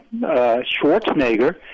Schwarzenegger